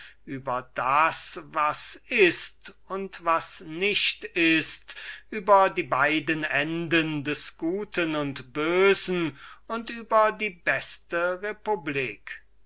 über das was ist und was nicht ist über die beiden enden des guten und bösen und über die beste republik